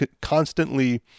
constantly